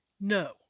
no